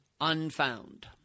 Unfound